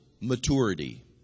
maturity